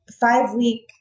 five-week